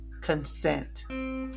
Consent